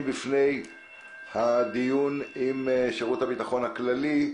לפני הדיון עם שירות הביטחון הכללי.